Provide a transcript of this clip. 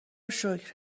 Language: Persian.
شکر